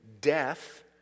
death